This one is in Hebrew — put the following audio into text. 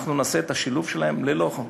אנחנו נעשה את השילוב שלהם ללא חוק.